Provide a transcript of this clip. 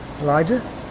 Elijah